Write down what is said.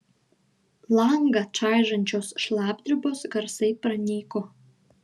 langą čaižančios šlapdribos garsai pranyko